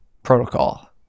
Protocol